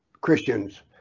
Christians